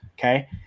Okay